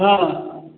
हाँ